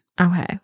Okay